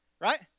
right